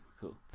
Cool